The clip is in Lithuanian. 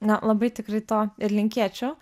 na labai tikrai to ir linkėčiau